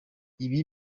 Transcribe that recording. ibi